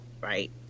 Right